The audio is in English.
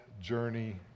journey